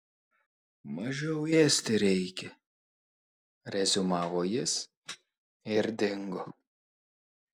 mažiau ėsti reikia reziumavo jis ir dingo